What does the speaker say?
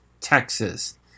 Texas